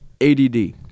ADD